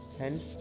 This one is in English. hence